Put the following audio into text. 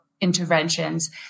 interventions